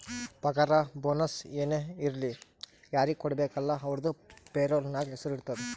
ಪಗಾರ ಬೋನಸ್ ಏನೇ ಇರ್ಲಿ ಯಾರಿಗ ಕೊಡ್ಬೇಕ ಅಲ್ಲಾ ಅವ್ರದು ಪೇರೋಲ್ ನಾಗ್ ಹೆಸುರ್ ಇರ್ತುದ್